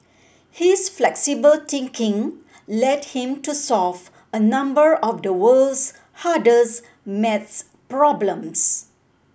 his flexible thinking led him to solve a number of the world's hardest maths problems